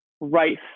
right